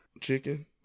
chicken